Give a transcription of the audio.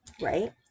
right